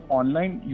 online